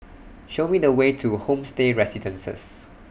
Show Me The Way to Homestay Residences